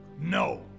No